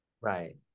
right